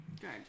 good